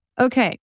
Okay